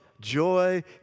joy